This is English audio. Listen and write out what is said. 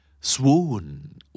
Swoon